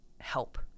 help